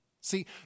See